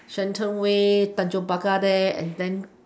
shenton way tanjong-pagar there and then